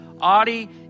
Adi